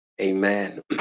Amen